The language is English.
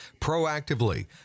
proactively